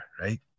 right